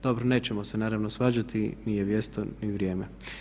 Dobro, nećemo se naravno svađati, nije mjesto ni vrijeme.